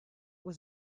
was